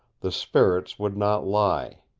the spirits would not lie.